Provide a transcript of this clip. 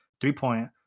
three-point